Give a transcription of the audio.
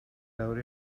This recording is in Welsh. lawr